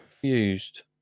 Confused